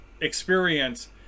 experience